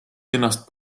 linnast